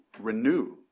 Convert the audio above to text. renew